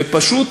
ופשוט